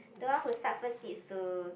the one who start first needs to